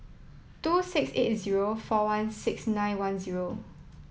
two six eight zero four one six nine one zero